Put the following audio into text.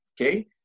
okay